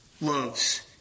Loves